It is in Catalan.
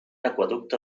aqüeducte